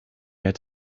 had